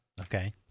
Okay